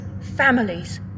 families